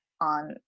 on